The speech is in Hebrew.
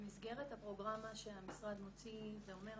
במסגרת הפרוגרמה שהמשרד מוציא ואומר,